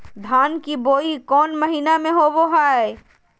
धान की बोई कौन महीना में होबो हाय?